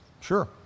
sure